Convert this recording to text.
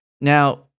Now